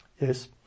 yes